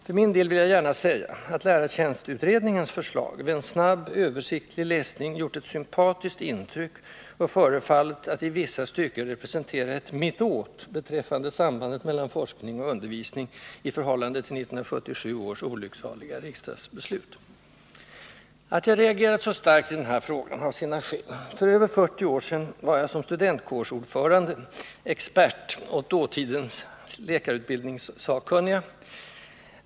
För min del vill jag gärna säga, att lärartjänstutredningens förslag vid en snabb, översiktlig läsning gjort ett sympatiskt intryck och förefal!>r att i vissa stycken representera ett ”mittåt” beträffande sambandet mellan forskning och undervisning i förhållande till 1977 års olycksaliga riksdagsbeslut. Att jag reagerat så starkt i den här frågan har sina skäl. För över 40 år sedan var jag som studentkårsordförande ”expert” åt dåtidens läkarutbildningssakkunniga.